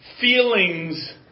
feelings